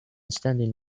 standing